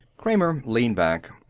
kramer leaned back.